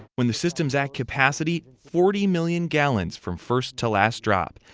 when the system is at capacity, forty million gallons from first to last drop.